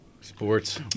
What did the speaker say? Sports